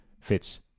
fits